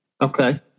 Okay